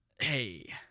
Hey